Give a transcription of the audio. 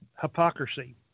hypocrisy